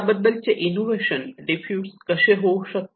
त्याबद्दलचे innovation diffuse कसे होऊ शकते